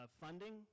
funding